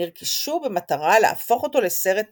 נרכשו במטרה להפוך אותו לסרט עתידי.